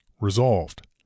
Resolved